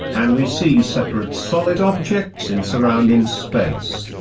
and we see separate solid objects in surrounding space.